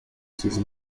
sis